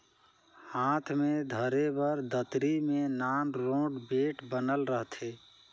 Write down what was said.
हाथ मे धरे बर दतरी मे नान रोट बेठ बनल रहथे